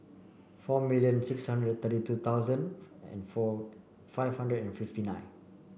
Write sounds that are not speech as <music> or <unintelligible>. four million six hundred thirty two thousand and <unintelligible> five hundred and fifty nine